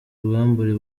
ubwambure